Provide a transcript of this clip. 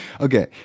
Okay